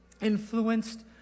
influenced